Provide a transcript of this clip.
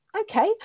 okay